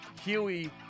Huey